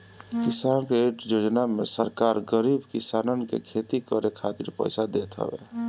किसान क्रेडिट योजना में सरकार गरीब किसानन के खेती करे खातिर पईसा देत हवे